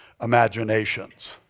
imaginations